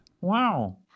Wow